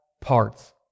parts